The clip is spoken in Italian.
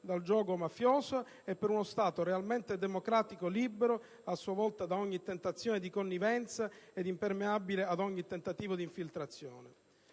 dal giogo mafioso e per uno Stato realmente democratico, libero a sua volta da ogni tentazione di connivenza ed impermeabile ad ogni tentativo di infiltrazione.